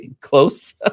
close